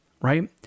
right